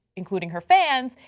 including her fans,